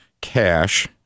cash